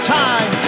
time